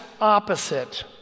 opposite